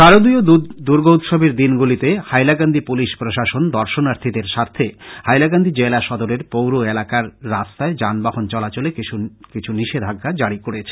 শারদীয় দূগোৎসবের দিনগুলিতে হাইলাকান্দি পুলিশ প্রশাসন দর্শনার্থীদের স্বার্থে হাইলাকান্দি জেলা সদরের পুর এলাকার রাস্তায় যানবাহন চলাচলে কিছু নিষধাজ্ঞা জারী করেছে